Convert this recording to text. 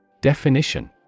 Definition